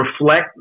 reflect